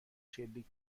شلیک